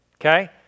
okay